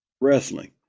Wrestling